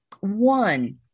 One